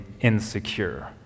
insecure